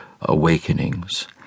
awakenings